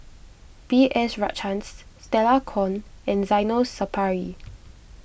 B S Rajhans Stella Kon and Zainal Sapari